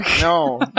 No